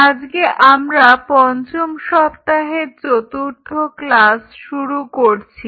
আজকে আমরা পঞ্চম সপ্তাহের চতুর্থ ক্লাস শুরু করছি